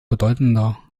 bedeutender